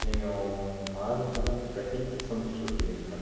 ಏನು ಭಾರತದ ಪ್ರಚಲಿತ ಸಂಸ್ಕೃತಿಗಿಂತ